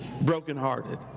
Brokenhearted